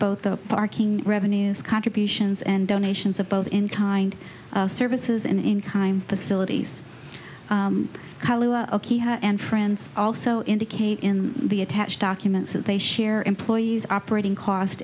both the parking revenues contributions and donations of both in kind of services and in kind facilities and friends also indicate in the attached documents that they share employees operating cost